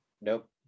Nope